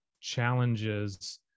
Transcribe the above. challenges